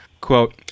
Quote